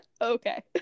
okay